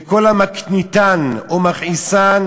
וכל המקניטן או מכעיסן,